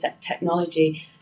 technology